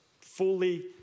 Fully